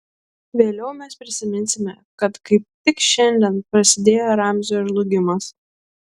vėliau mes prisiminsime kad kaip tik šiandien prasidėjo ramzio žlugimas